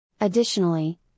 Additionally